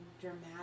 dramatic